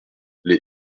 les